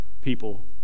people